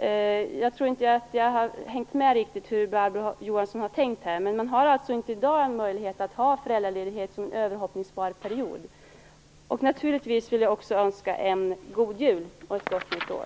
jag riktigt har hängt med i hur Barbro Johansson har tänkt, men det finns alltså inte i dag någon möjlighet att ha föräldraledighet som en överhoppningsbar period. Naturligtvis vill också jag önska en god jul och ett gott nytt år.